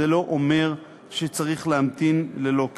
זה לא אומר שצריך להמתין ללא קץ.